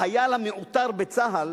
החייל המעוטר בצה"ל